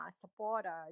supporter